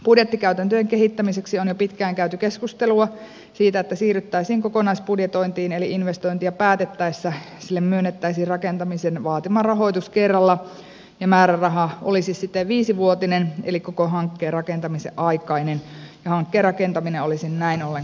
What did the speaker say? budjettikäytäntöjen kehittämiseksi on jo pitkään käyty keskustelua siitä että siirryttäisiin kokonaisbudjetointiin eli investoinnista päätettäessä sille myönnettäisiin rakentamisen vaatima rahoitus kerralla ja määräraha olisi sitten viisivuotinen eli koko hankkeen rakentamisen aikainen ja hankkeen rakentaminen olisi näin ollen kustannustehokasta